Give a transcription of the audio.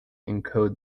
encode